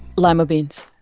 lima beans.